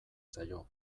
zaio